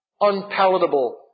unpalatable